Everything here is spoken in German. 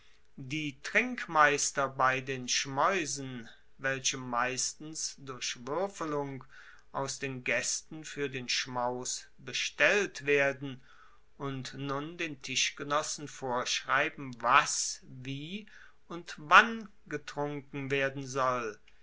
die trinkmeister bei den schmaeusen welche meistens durch wuerfelung aus den gaesten fuer den schmaus bestellt werden und nun den tischgenossen vorschreiben was wie und wann getrunken werden soll